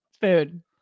Food